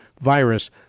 virus